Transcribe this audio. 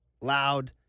loud